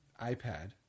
iPad